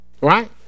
right